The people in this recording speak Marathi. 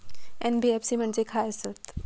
एन.बी.एफ.सी म्हणजे खाय आसत?